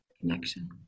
connection